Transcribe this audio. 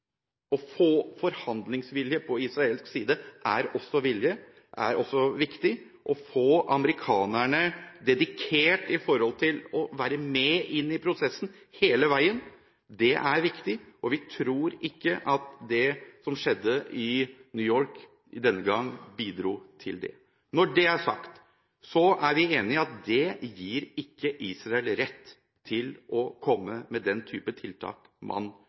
å få forhandlingsvilje på israelsk side, og det å få amerikanerne dedikert med hensyn til å være med inn i prosessen hele veien er viktig. Vi tror ikke at det som skjedde i New York denne gang, bidro til det. Når det er sagt, er vi enig i at det ikke gir Israel rett til å komme med den type tiltak som man